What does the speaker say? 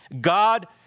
God